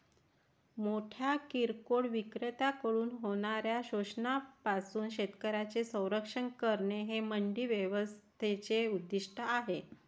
मोठ्या किरकोळ विक्रेत्यांकडून होणाऱ्या शोषणापासून शेतकऱ्यांचे संरक्षण करणे हे मंडी व्यवस्थेचे उद्दिष्ट आहे